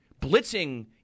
blitzing